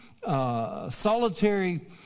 solitary